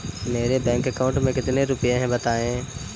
मेरे bank account में कितने रुपए हैं बताएँ?